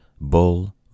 Bull